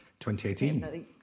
2018